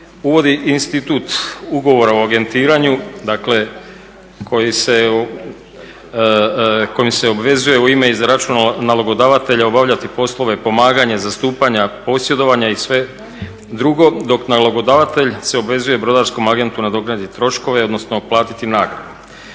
uvodi institut ugovora o agentiranju, dakle kojim se obvezuje u ime iz računa nalogodavatelja obavljati poslove pomaganja, zastupanja, posjedovanja i sveg drugog dok nalogodavatelj se obvezuje brodarskom agentu nadoknaditi troškove odnosno platiti